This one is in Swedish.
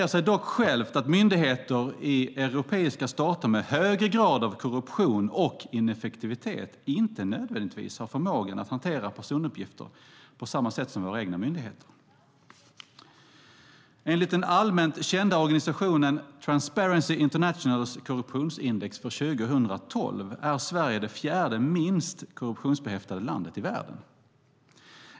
Det säger dock sig självt att myndigheter i europeiska stater med högre grad av korruption och ineffektivitet inte nödvändigtvis har förmågan att hantera personuppgifter på samma sätt som våra egna myndigheter. Enligt den allmänt kända organisationen Transparency Internationals korruptionsindex för 2012 är Sverige det fjärde minst korruptionsbehäftade landet i världen.